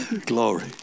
Glory